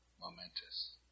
momentous